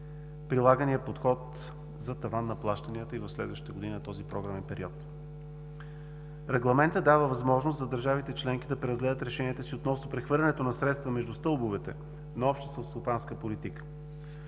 прилаганият подход за таван на плащанията и в следващите години на този програмен период. Регламентът дава възможност за държавите членки да преразгледат решенията си относно прехвърлянето на средства между стълбовете на общата селскостопанска политика.